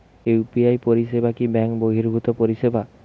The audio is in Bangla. ইউ.পি.আই পরিসেবা কি ব্যাঙ্ক বর্হিভুত পরিসেবা?